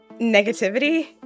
negativity